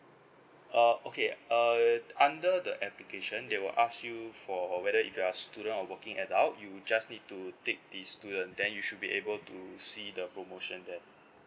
uh okay uh under the application they will ask you for whether if you're student or working adult you just need to tick the student then you should be able to see the promotion there